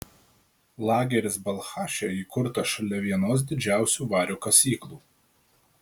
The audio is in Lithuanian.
lageris balchaše įkurtas šalia vienos didžiausių vario kasyklų